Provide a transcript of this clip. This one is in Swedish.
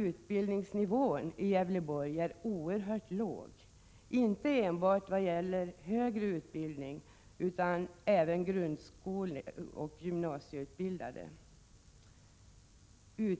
Utbildningsnivån i Gävleborg är oerhört låg vad gäller både högre utbildning och grundskoleoch gymnasieutbildning.